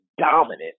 dominant